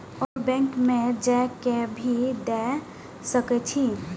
और बैंक में जा के भी दे सके छी?